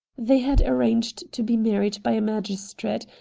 they had arranged to be married by a magistrate,